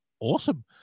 awesome